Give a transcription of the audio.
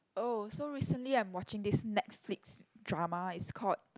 oh so recently I'm watching this Netflix drama is called